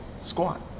squat